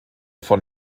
von